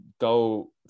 go